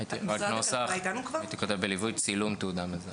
בנוסח הייתי כותב: "בליווי צילום תעודה מזהה".